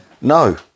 no